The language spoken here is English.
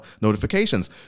notifications